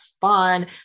fun